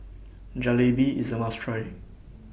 Jalebi IS A must Try